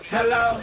Hello